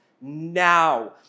now